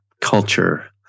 culture